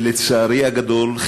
ולצערי הגדול,